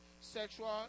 sexual